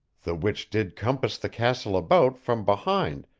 the which did compass the castle about, from behind,